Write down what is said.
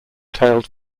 tailed